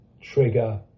trigger